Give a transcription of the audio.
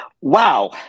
Wow